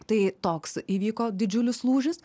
tai toks įvyko didžiulis lūžis